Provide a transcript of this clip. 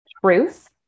truth